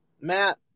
Matt